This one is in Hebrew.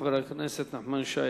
חבר הכנסת נחמן שי,